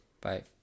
Bye